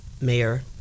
Mayor